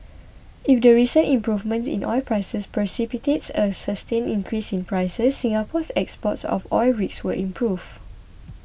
if the recent improvement in oil prices precipitates a sustained increase in prices Singapore's exports of oil rigs will improve